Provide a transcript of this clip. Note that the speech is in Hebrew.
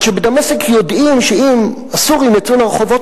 רק שבדמשק יודעים שאם הסורים יצאו לרחובות,